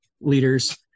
leaders